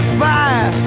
fire